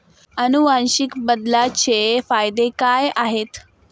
अनुवांशिक बदलाचे फायदे काय आहेत?